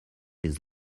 his